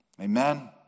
Amen